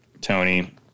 Tony